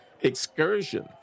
excursion